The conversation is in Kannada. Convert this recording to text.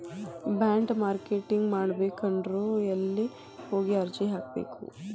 ಬಾಂಡ್ ಮಾರ್ಕೆಟಿಂಗ್ ಮಾಡ್ಬೇಕನ್ನೊವ್ರು ಯೆಲ್ಲೆ ಹೊಗಿ ಅರ್ಜಿ ಹಾಕ್ಬೆಕು?